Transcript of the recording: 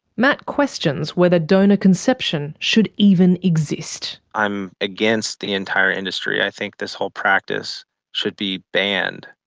matt questions whether donor conception should even exist. i'm against the entire industry. i think this whole practice should be banned.